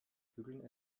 bügeln